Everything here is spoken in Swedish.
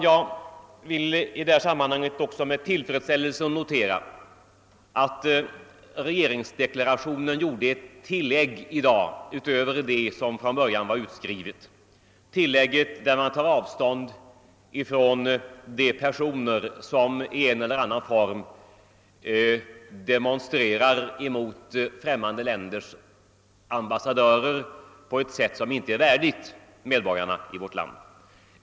Jag vill i det här sammanhanget också med tillfredsställelse notera att det i regeringsdeklarationen i dag gjordes ett tillägg utöver den version som var utskriven från början. I tillägget tar man bestämt avstånd från de personer som i en eller annan form demonstrerar mot främmande länders ambassadörer på ett sätt som inte är värdigt medborgarna i vårt land.